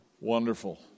Wonderful